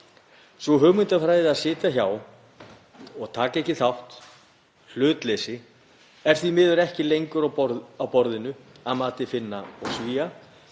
Sú hugmyndafræði að sitja hjá og taka ekki þátt, hlutleysi, er því miður ekki lengur á borðinu að mati Finna og Svía